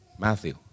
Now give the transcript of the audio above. Matthew